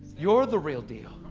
you're the real deal.